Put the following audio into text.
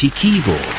Keyboard